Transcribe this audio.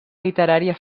literària